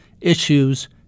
issues